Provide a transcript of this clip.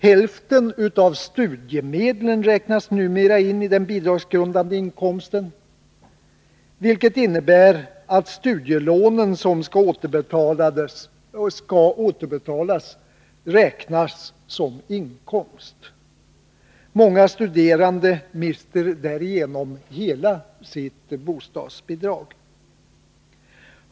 Hälften av studiemedlen räknas numera in i den bidragsgrundande inkomsten, vilket innebär att de studielån som skall återbetalas räknas som inkomst. Många studerande mister därigenom hela sitt bostadsbidrag.